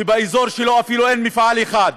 שבאזור שלו אין אפילו מפעל אחד,